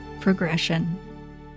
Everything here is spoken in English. progression